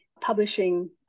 publishing